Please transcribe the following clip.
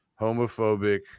homophobic